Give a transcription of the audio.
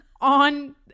on